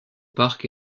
parc